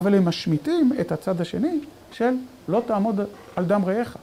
אבל הם משמיטים את הצד השני של לא תעמוד על דם רעיך.